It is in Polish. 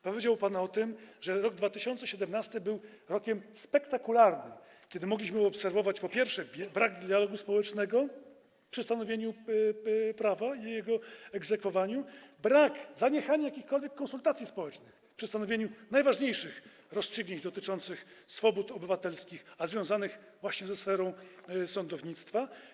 Powiedział pan o tym, że rok 2017 był rokiem spektakularnym, kiedy mogliśmy obserwować, po pierwsze, brak dialogu społecznego przy stanowieniu prawa i jego egzekwowaniu, brak, zaniechanie jakichkolwiek konsultacji społecznych przy stanowieniu najważniejszych rozstrzygnięć dotyczących swobód obywatelskich, a związanych właśnie ze sferą sądownictwa.